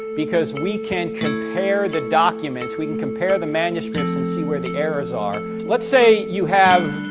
because we can compare the documents. we can compare the manuscripts and see where the errors are. let's say you have.